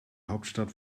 hauptstadt